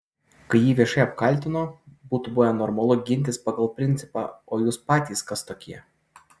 kai jį viešai apkaltino būtų buvę normalu gintis pagal principą o jūs patys kas tokie